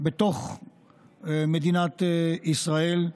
בתוך מדינת ישראל,